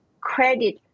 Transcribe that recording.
credit